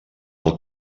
del